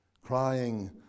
crying